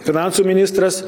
finansų ministras